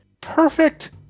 perfect